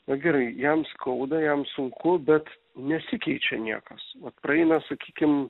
na gerai jam skauda jam sunku bet nesikeičia niekas praeina sakykim